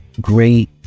great